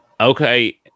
Okay